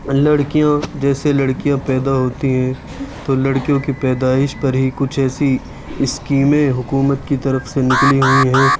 لڑکیاں جیسے لڑکیا پیدا ہوتی ہیں تو لڑکیوں کی پیدائش پر ہی کچھ ایسی اسکیمیں حکومت کی طرف سے نکلی ہوئی ہیں